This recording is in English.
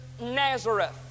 Nazareth